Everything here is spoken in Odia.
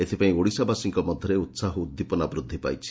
ଏଥିପାଇଁ ଓଡ଼ିଶାବାସୀଙ୍କ ମଧରେ ଉସାହ ଓ ଉଦ୍ଦିପନା ବୃଦ୍ଧି ପାଇଛି